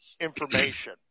information